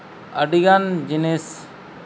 ᱟᱹᱰᱤᱜᱟᱱ ᱡᱤᱱᱤᱥ